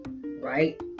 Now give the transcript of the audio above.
right